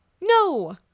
No